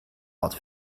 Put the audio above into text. wat